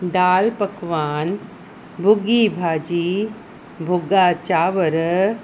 दाल पकवान भुॻी भाॼी भुॻा चांवर